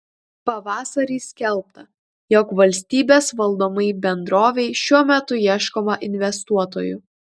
pavasarį skelbta jog valstybės valdomai bendrovei šiuo metu ieškoma investuotojų